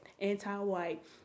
anti-white